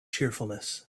cheerfulness